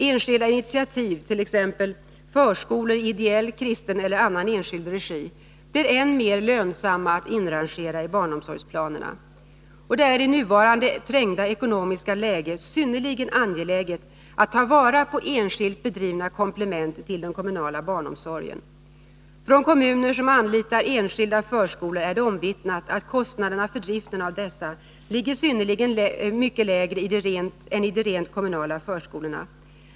Enskilda initiativ, t.ex. förskolor i ideell, kristen eller annan enskild regi, blir än mer lönsamma att inrangera i barnomsorgsplanerna. Det är i nuvarande trängda ekonomiska läge synnerligen angeläget att ta vara på enskilt bedrivna komplement till den kommunala barnomsorgen. Från kommuner som anlitar enskilda förskolor är det omvittnat att kostnaderna för driften av dessa ligger synnerligen mycket lägre än i de rent kommunala förskolorna.